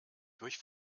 durch